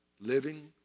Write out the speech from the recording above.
Living